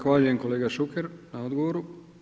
Zahvaljujem kolega Šuker na odgovoru.